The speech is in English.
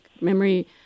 memory